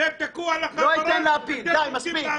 די, מספיק.